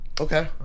Okay